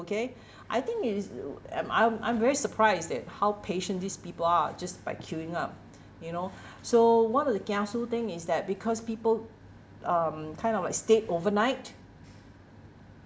okay I think it's you know and I'm I'm very surprised at how patient these people are just by queuing up you know so one of the kiasu thing is that because people um kind of like stayed overnight